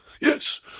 Yes